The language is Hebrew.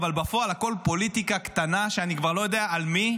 אבל בפועל הכול פוליטיקה קטנה שאני כבר לא יודע על מי